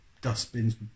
dustbins